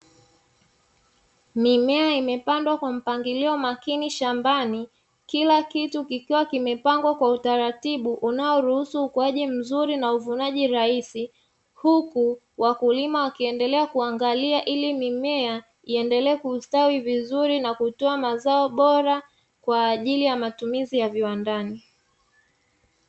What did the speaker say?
Mimea imepandwa kwa mpangilio makini shambani, kila kitu kikiwa kimepangwa kwa utaratibu unaoruhusu ukuaji mzuri na uvunaji rahisi. Huku wakulima wakiendelea kuangalia ili mimea iendelee kustawi vizuri na kutoa mazao bora kwa ajili ya matumizi ya viwandani.